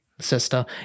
Sister